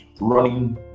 running